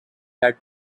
had